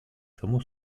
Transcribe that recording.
саму